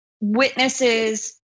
witnesses